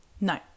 no